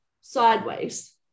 sideways